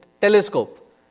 telescope